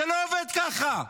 זה לא עובד ככה,